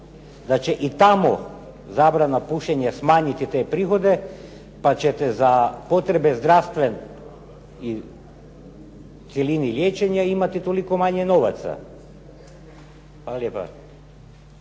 da će i tamo zabrana pušenja smanjiti te prihode pa ćete za potrebe zdravstvenog u cjelini liječenja imati toliko manje novaca. Hvala lijepa.